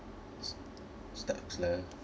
stuffs lah